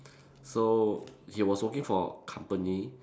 so he was working for company